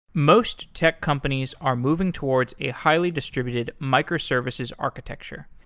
most tech companies are moving towards a highly distributed microservices architecture.